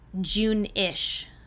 June-ish